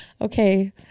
Okay